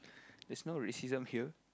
there's no racism here